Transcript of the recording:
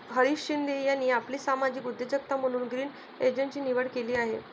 हरीश शिंदे यांनी आपली सामाजिक उद्योजकता म्हणून ग्रीन एनर्जीची निवड केली आहे